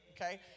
okay